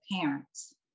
parents